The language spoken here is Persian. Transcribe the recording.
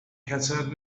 کچل